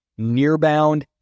Nearbound